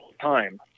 time